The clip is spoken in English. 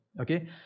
Okay